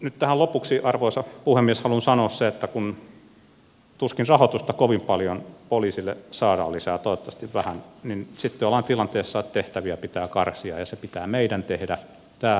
nyt tähän lopuksi arvoisa puhemies haluan sanoa sen että kun tuskin rahoitusta kovin paljon poliisille saadaan lisää toivottavasti vähän niin sitten ollaan tilanteessa että tehtäviä pitää karsia ja se pitää meidän tehdä täällä